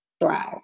thrive